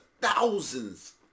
thousands